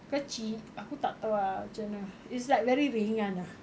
kecil aku tak tahu ah macam mana it's like very ringan ah